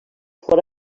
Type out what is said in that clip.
fora